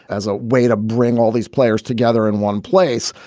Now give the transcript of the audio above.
as a way to bring all these players together in one place.